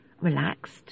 relaxed